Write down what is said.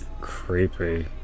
creepy